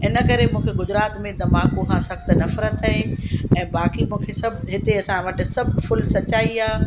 इन करे मूंखे गुजरात में तम्बाकू खां सख्तु नफरतु आहे ऐं बाक़ी मूंखे सभु हिते असां वटि सभु फुल सच्चाई आहे